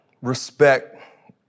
respect